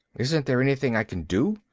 isn't there anything i can do?